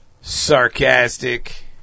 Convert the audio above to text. Sarcastic